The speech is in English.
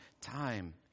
time